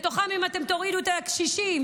ומתוכם אם תורידו את הקשישים,